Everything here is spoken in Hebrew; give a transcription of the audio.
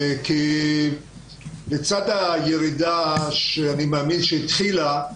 לצד הירידה שהתחילה,